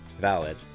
valid